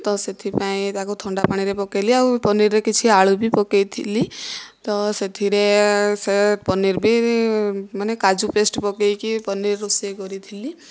ତ ସେଥିପାଇଁ ତାକୁ ଥଣ୍ଡା ପାଣିରେ ପକାଇଲି ଆଉ ପନିରରେ କିଛି ଆଳୁ ବି ପକାଇଥିଲି ତ ସେଥିରେ ସେ ପନିର ବି ମାନେ କାଜୁ ପେଷ୍ଟ ପକାଇକି ପନିର ରୋଷେଇ କରିଥିଲି